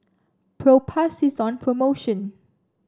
Propass is on promotion